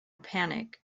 panic